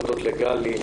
להודות לגלי,